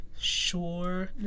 Sure